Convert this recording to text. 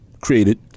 created